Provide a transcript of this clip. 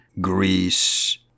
Greece